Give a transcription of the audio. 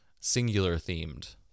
singular-themed